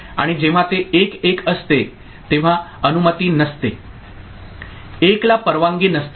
आणि जेव्हा ते 1 1 असते तेव्हा अनुमती नसते 1 ला परवानगी नसते